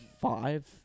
five